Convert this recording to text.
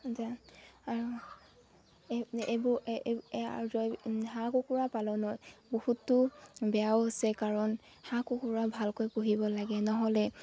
আৰু এইবোৰ হাঁহ কুকুৰা পালনত বহুতো বেয়াও আছে কাৰণ হাঁহ কুকুৰা ভালকৈ পুহিব লাগে নহ'লে